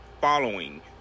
following